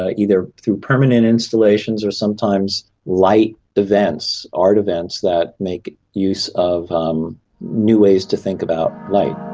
ah either through permanent installations or sometimes light events, art events that make use of um new ways to think about light.